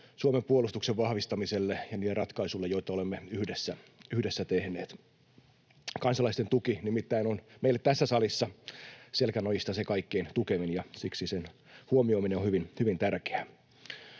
Suomen puolustuksen vahvistamiselle ja niille ratkaisuille, joita olemme yhdessä tehneet. Kansalaisten tuki nimittäin on meille tässä salissa selkänojista se kaikkein tukevin, ja siksi sen huomioiminen on hyvin tärkeää.